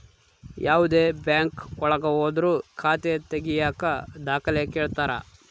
ಯಾವ್ದೇ ಬ್ಯಾಂಕ್ ಒಳಗ ಹೋದ್ರು ಖಾತೆ ತಾಗಿಯಕ ದಾಖಲೆ ಕೇಳ್ತಾರಾ